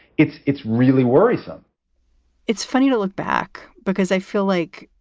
it's it's really worrisome it's funny to look back because i feel like.